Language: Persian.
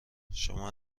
شما